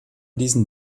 diesen